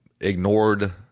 ignored